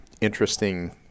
interesting